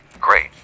Great